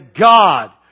God